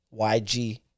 YG